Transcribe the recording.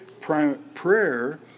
prayer